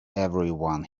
everyone